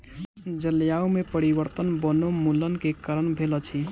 जलवायु में परिवर्तन वनोन्मूलन के कारण भेल अछि